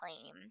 claim